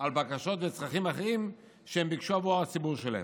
על בקשות וצרכים אחרים שהם ביקשו עבור הציבור שלהם.